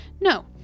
No